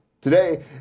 Today